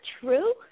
true